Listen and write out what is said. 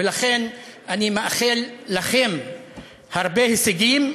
ולכן אני מאחל לכם הרבה הישגים,